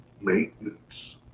maintenance